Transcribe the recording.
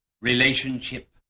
relationship